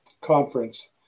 conference